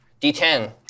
d10